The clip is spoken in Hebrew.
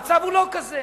המצב הוא לא כזה.